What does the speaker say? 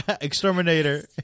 exterminator